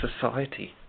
society